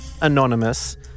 anonymous